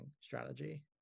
strategy